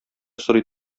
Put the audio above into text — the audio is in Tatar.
сорый